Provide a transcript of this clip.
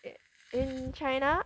it in China